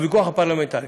הוויכוח הפרלמנטרי.